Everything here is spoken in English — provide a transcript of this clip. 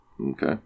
Okay